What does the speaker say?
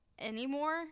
anymore